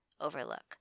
overlook